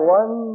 one